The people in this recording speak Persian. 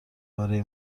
برای